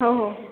हो हो